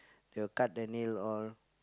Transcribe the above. they will cut the nail all